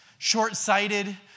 short-sighted